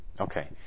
Okay